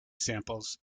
samples